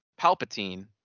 Palpatine